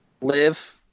Live